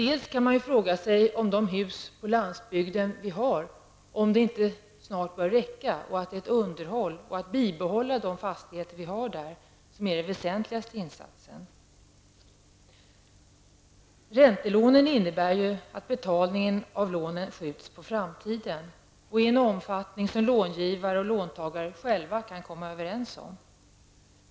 Man kan också fråga sig om det inte snart räcker med de hus som finns på landsbygden, och att den väsentligaste insatsen är ett underhåll och ett bibehållande av de fastigheter vi där har. Räntelånen innebär att betalningen skjuts på framtiden, och detta i en omfattning som långivare och låntagare själva kan komma överens om.